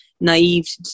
naive